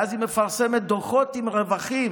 ואז היא מפרסמת דוחות עם רווחים.